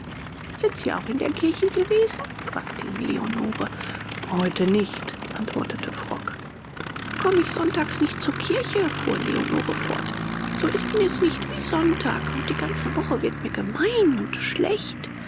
sind sie auch in der kirche gewesen fragte ihn leonore heute nicht antwortete frock komm ich sonntags nicht zur kirche fuhr leonore fort so ist mir's nicht wie sonntag und die ganze woche wird mir gemein und schlecht